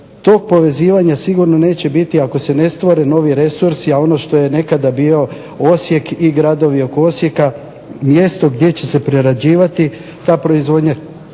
to povezivanje sigurno neće biti ako se ne stvore novi resursi, a ono što je nekada bio Osijek i gradovi oko Osijeka mjesto gdje će se prerađivati ta proizvodnja,